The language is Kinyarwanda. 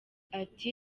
ati